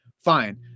fine